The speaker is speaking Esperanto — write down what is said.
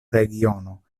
regiono